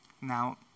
Now